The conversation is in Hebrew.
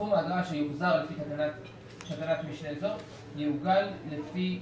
סכום האגרה שיוחזר לפי תקנת משנה זו יעוגל לפי